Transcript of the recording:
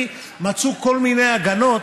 כי מצאו כל מיני הגנות